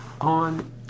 on